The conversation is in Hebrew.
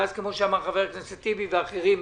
ואז,